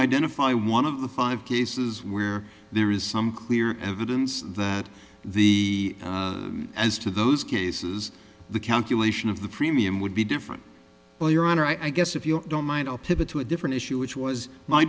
identify one of the five cases where there is some clear evidence that the as to those cases the calculation of the premium would be different well your honor i guess if you don't mind i'll pivot to a different issue which was my